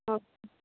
okay